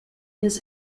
his